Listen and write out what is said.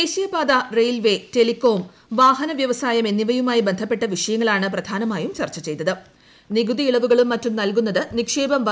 ദേശീയപാത railway telecom വാഹന വ്യവസായം എന്നിവയുമായി ബന്ധപ്പെട്ട വിഷയങ്ങളാണ് പ്രധാനമായും ചർച്ച നികുതി ഇളവുകളും മറ്റും നൽകുന്നത് നിക്ഷേപം ചെയ്തത്